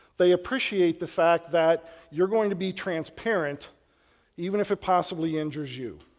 they appreciate the fact that you're going to be transparent even if it possibly injures you.